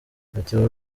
meteo